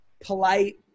polite